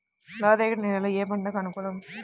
నల్లరేగడి నేలలు ఏ పంటలకు అనుకూలం?